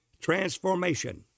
Transformation